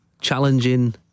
challenging